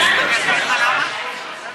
אחרי זה עוברים להצבעה.